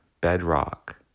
bedrock